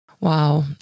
Wow